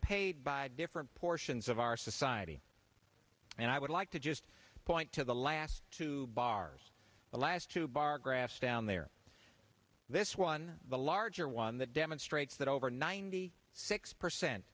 paid by different portions of our society and i would like to just point to the last two bars the last two bar graphs down there this one the larger one that demonstrates that over ninety six percent